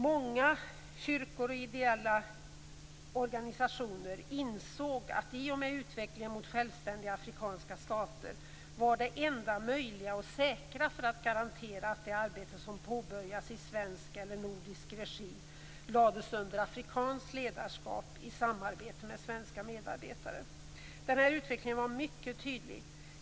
Många kyrkor och ideella organisationer insåg i och med utvecklingen mot självständiga afrikanska stater att det enda möjliga och säkra för att garantera att det arbete som påbörjats i svensk eller nordisk regi skulle vara att det lades under afrikanskt ledarskap i samarbete med svenska medarbetare. Denna utveckling var mycket tydlig.